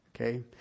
okay